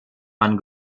mann